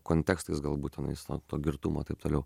kontekstais galbūt tenais to to girtumo taip toliau